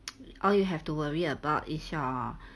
all you have to worry about is your